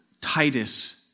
Titus